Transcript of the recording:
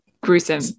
gruesome